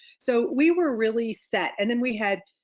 so we were really set. and then we had,